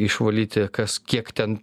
išvalyti kas kiek ten